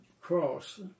cross